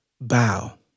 bow